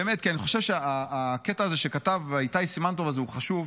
באמת כי אני חושב שהקטע שכתב איתי סימן טוב הוא חשוב,